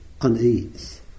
unease